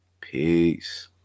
peace